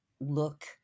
look